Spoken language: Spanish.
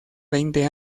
veinte